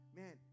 man